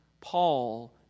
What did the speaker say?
Paul